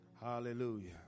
Hallelujah